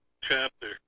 chapter